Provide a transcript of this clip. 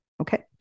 Okay